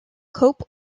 cope